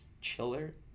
chiller